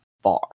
far